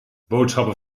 boodschappen